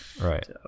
Right